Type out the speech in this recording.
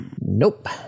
Nope